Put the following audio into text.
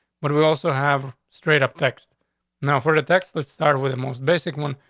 but we also have straight up text now for the text that started with the most basic one,